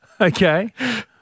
okay